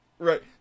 Right